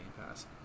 Pass